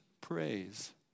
praise